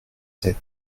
sept